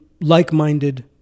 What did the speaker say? like-minded